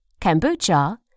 kombucha